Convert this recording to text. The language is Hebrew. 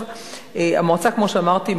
כמו שאמרתי,